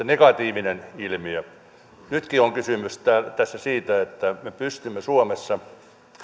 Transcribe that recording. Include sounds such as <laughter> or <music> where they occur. <unintelligible> negatiivinen ilmiö nytkin on kysymys tässä siitä että me pystymme suomessa